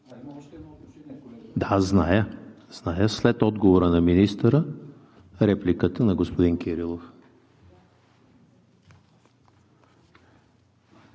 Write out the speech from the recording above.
Да, зная. След отговора на министъра, репликата на господин Кирилов.